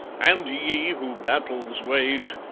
and ye who battles wage,